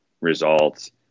results